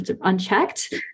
unchecked